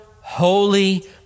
holy